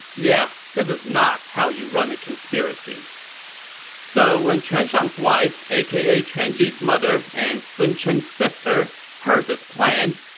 yeah, this is not how you run a conspiracy so when quan shang's wife, aka quan ji's mother and sun chen's sister, heard this plan,